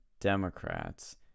Democrats